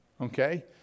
Okay